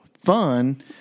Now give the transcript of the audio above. Fun